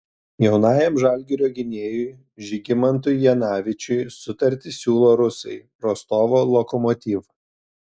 jaunajam žalgirio gynėjui žygimantui janavičiui sutartį siūlo rusai rostovo lokomotiv